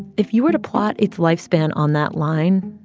if you were to plot its lifespan on that line,